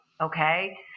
Okay